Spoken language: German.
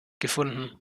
gefunden